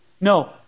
No